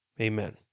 Amen